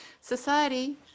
Society